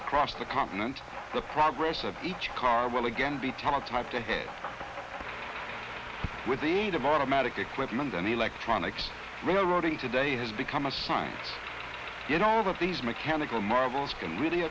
across the continent the progress of each car will again be teletype ahead with the aid of automatic equipment and electronics railroading today has become a sign that all of these mechanical marvels can really